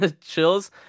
chills